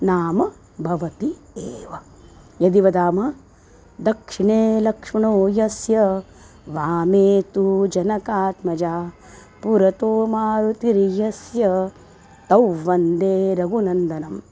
नाम भवति एव यदि वदामः दक्षिणे लक्ष्मणो यस्य वामे तु जनकात्मजा पुरतो मारुतिर्यस्य तं वन्दे रघुनन्दनम्